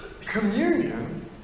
Communion